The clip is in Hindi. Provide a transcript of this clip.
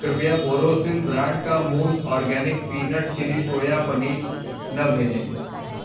कृपया बोरोसिल ब्रांड का मूज़ organic peanut chilli soya paneer न भेजें